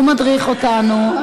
הוא מדריך אותנו,